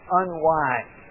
unwise